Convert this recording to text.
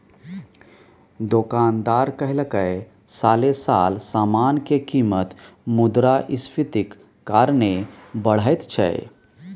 दोकानदार कहलकै साले साल समान के कीमत मुद्रास्फीतिक कारणे बढ़ैत छै